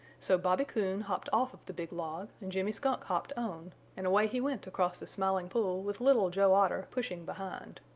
so bobby coon hopped off of the big log and jimmy skunk hopped on and away he went across the smiling pool with little joe otter pushing behind.